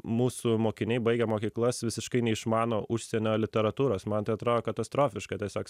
mūsų mokiniai baigę mokyklas visiškai neišmano užsienio literatūros man tai atrodo katastrofiška tiesiog